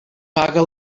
paga